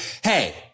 hey